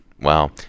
Wow